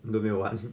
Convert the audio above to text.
你都没有玩